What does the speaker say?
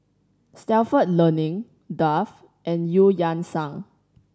Stalford Learning Dove and Eu Yan Sang